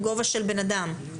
גובה של בן אדם.